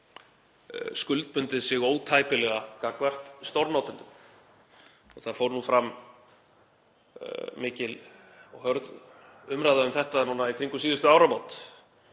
skuldbundið sig ótæpilega gagnvart stórnotendum. Það fór fram mikil og hörð umræða um þetta núna í kringum síðustu áramót